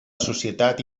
societat